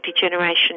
degeneration